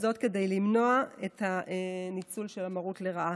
וזאת כדי למנוע את הניצול של המרות לרעה.